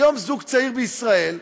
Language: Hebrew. היום, זוג צעיר בישראל,